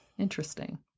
Interesting